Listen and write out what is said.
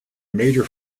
major